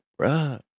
bruh